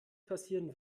passieren